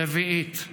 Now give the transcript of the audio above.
רביעית,